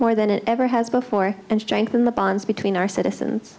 more than it ever has before and strengthen the bonds between our citizens